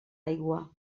aigua